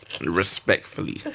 respectfully